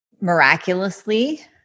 miraculously